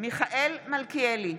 מיכאל מלכיאלי,